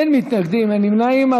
אין מתנגדים, אין נמנעים.